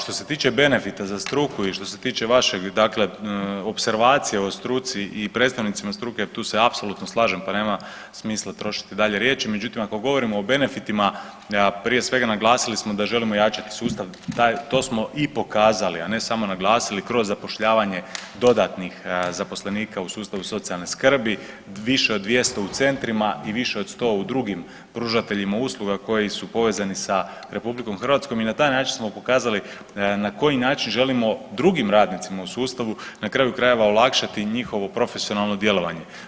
Što se tiče benefita za struku i što se tiče vašeg dakle opservacije o struci i predstavnicima struke jer tu se apsolutno slažem pa nema smisla trošiti dalje riječi, međutim ako govorimo o benefitima, a prije svega naglasili smo da želimo jačati sustav taj, to smo i pokazali a ne samo naglasili kroz zapošljavanje dodatnih zaposlenika u sustavu socijalne skrbi, više od 200 u centrima i više od 100 u drugim pružateljima usluga koji su povezani sa RH i na taj način smo pokazali na koji način želimo drugim radnicima u sustavu na kraju krajeva olakšati njihovo profesionalno djelovanje.